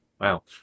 wow